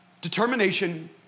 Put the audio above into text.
Determination